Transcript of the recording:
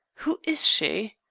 who is she?